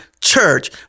church